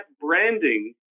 branding